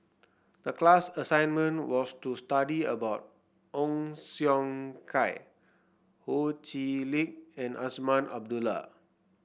the class assignment was to study about Ong Siong Kai Ho Chee Lick and Azman Abdullah